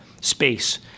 space